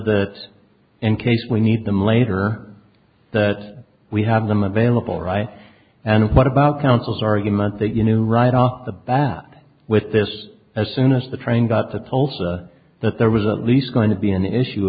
that in case we need them later that we have them available right and what about counsel's argument that you knew right off the bat with this as soon as the train got the pulse that there was at least going to be an issue